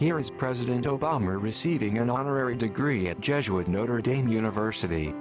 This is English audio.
here is president obama receiving an honorary degree at jesuit notre dame university